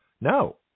No